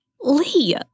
Lee